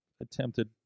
attempted